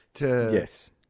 Yes